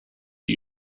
you